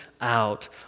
out